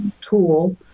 tool